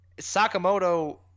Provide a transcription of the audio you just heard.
Sakamoto